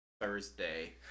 Thursday